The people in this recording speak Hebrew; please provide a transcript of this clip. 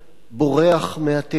בורח מהתהילה,